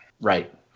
Right